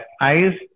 eyes